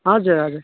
हजुर हजुर